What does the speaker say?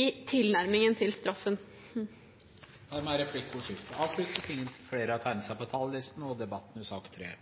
i tilnærmingen til straffen. Dermed er replikkordskiftet avsluttet. Flere har ikke bedt om ordet til sak nr.